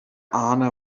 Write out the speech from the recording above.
honor